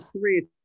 three